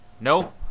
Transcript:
No